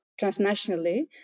transnationally